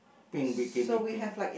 pink bikini pink